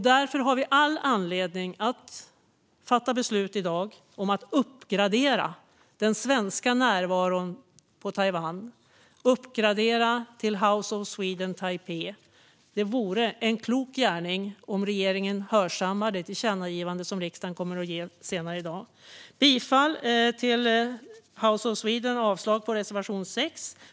Därför har vi all anledning att i dag fatta beslut om att uppgradera den svenska närvaron i Taiwan och uppgradera till House of Sweden Taipei. Det vore en klok gärning om regeringen hörsammade det tillkännagivande som riksdagen kommer att rikta till den senare i dag. Jag yrkar bifall till House of Sweden och avslag på reservation 6.